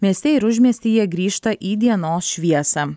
mieste ir užmiestyje grįžta į dienos šviesą